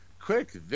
Quick